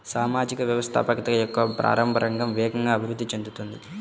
సామాజిక వ్యవస్థాపకత యొక్క ప్రారంభ రంగం వేగంగా అభివృద్ధి చెందుతోంది